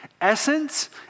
Essence